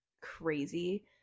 crazy